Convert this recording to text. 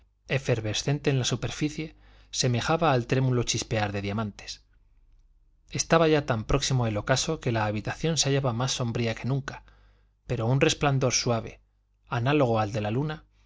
efervescente en la superficie semejaba el trémulo chispear de diamantes estaba ya tan próximo el ocaso que la habitación se hallaba más sombría que nunca pero un resplandor suave análogo al de la luna